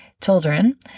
children